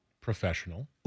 professional